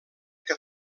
que